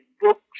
books